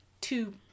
two